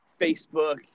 Facebook